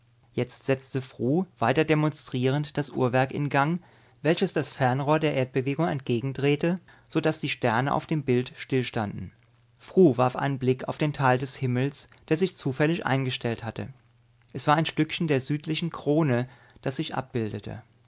jetzt setzte fru weiter demonstrierend das uhrwerk in gang welches das fernrohr der erdbewegung entgegen drehte so daß die sterne auf dem bild stillstanden fru warf einen blick auf den teil des himmels der sich zufällig eingestellt hatte es war ein stückchen der südlichen krone das sich abbildete